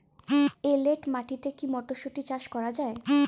এটেল মাটিতে কী মটরশুটি চাষ করা য়ায়?